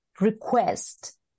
request